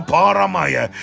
Paramaya